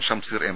Shamseer M